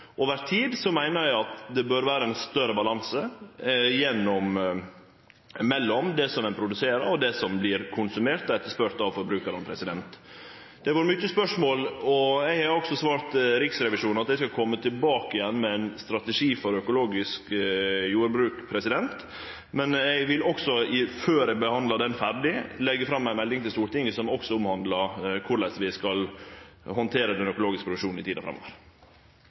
Over tid meiner eg at det bør vere ein større grad av balanse mellom det som ein produserer, og det som vert konsumert og etterspurt av forbrukarane. Det har vore mange spørsmål, og eg har også svart Riksrevisjonen at eg skal kome tilbake igjen med ein strategi for økologisk jordbruk, men eg vil også, før eg behandlar den ferdig, leggje fram ei melding til Stortinget som også handlar om korleis vi skal handtere den økologiske produksjonen i tida framover.